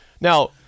Now